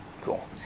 Cool